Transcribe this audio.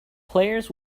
players